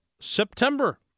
September